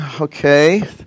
Okay